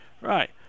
Right